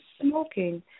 smoking